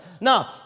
Now